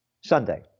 Sunday